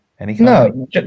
No